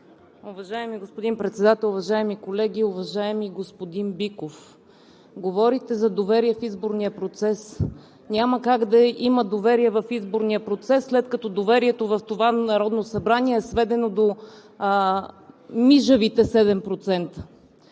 Уважаеми господин Председател, уважаеми колеги! Уважаеми господин Биков, говорите за доверие в изборния процес. Няма как да има доверие в изборния процес, след като доверието в това Народно събрание е сведено до мижавите 7%.